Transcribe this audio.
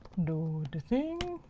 do the thing.